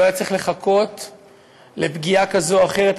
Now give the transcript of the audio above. לא היה צריך לחכות לפגיעה כזו או אחרת,